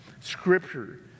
scripture